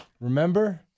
Remember